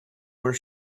where